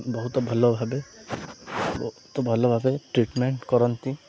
ବହୁତ ଭଲ ଭାବେ ବହୁତ ଭଲ ଭାବେ ଟ୍ରିଟମେଣ୍ଟ କରନ୍ତି